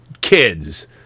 kids